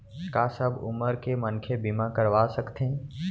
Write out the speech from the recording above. का सब उमर के मनखे बीमा करवा सकथे?